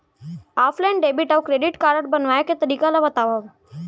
Offline debit अऊ credit card बनवाए के तरीका ल बतावव?